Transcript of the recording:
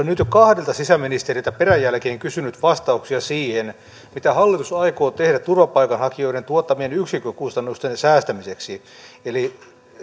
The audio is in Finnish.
nyt jo kahdelta sisäministeriltä peräjälkeen kysynyt vastauksia siihen mitä hallitus aikoo tehdä turvapaikanhakijoiden tuottamien yksikkökustannusten säästämiseksi eli